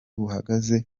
buhagaze